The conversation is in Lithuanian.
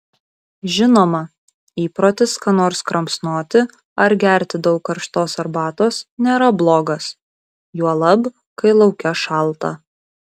žinoma įprotis ką nors kramsnoti ar gerti daug karštos arbatos nėra blogas juolab kai lauke šalta